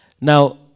Now